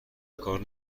کار